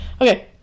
Okay